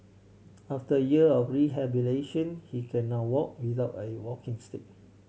after year of rehabilitation he can now walk without a walking stick